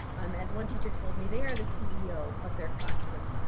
um as one teacher told me they are the ceo of their classroom.